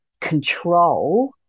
control